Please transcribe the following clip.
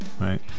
right